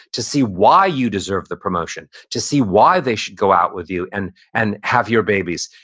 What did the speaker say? to see why you deserve the promotion, to see why they should go out with you and and have your babies,